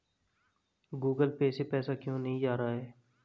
Google pay से पैसा क्यों नहीं जा रहा है?